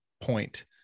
point